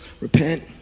repent